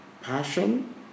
passion